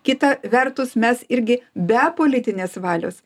kita vertus mes irgi be politinės valios